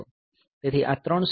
તેથી આ 3 સ્ટેજ હતા